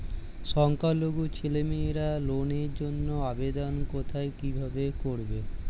সংখ্যালঘু ছেলেমেয়েরা লোনের জন্য আবেদন কোথায় কিভাবে করবে?